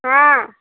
हाँ